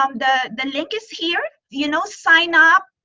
um the the link is here. you know, sign up.